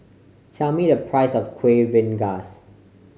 tell me the price of Kuih Rengas